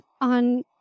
on